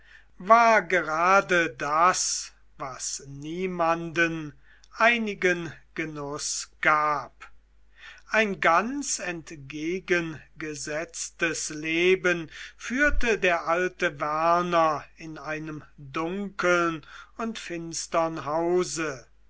war gerade das was niemanden einigen genuß gab ein ganz entgegengesetztes leben führte der alte werner in einem dunkeln und finstern hause